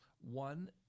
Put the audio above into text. One